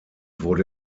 wurde